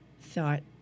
thought